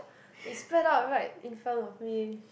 it spread out right in front of me